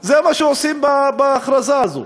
זה מה שעושים בהכרזה הזאת.